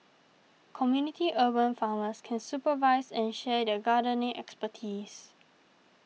community urban farmers can supervise and share their gardening expertise